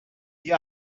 die